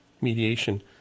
mediation